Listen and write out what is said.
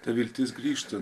ta viltis grįžta